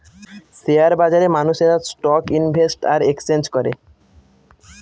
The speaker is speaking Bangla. শেয়ার বাজারে মানুষেরা স্টক ইনভেস্ট আর এক্সচেঞ্জ করে